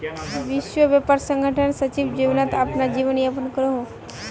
विश्व व्यापार संगठनेर सचिव जेनेवात अपना जीवन यापन करोहो